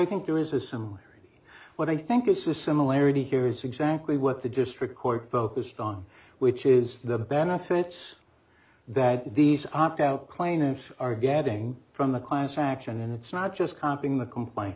think there is a some what i think this is similarity here is exactly what the district court focused on which is the benefits that these opt out claimants are getting from the class action and it's not just comping the complaint